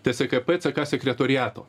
tskp ck sekretoriato